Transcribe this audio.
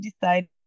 decided